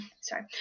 sorry